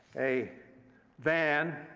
a van,